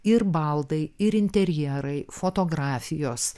ir baldai ir interjerai fotografijos